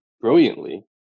brilliantly